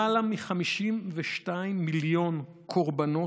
למעלה מ-52 מיליון קורבנות,